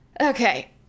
Okay